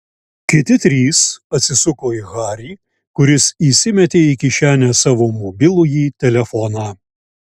kiti trys atsisuko į harį kuris įsimetė į kišenę savo mobilųjį telefoną